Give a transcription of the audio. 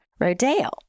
Rodale